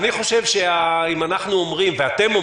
אני חושב שאם אתם אומרים,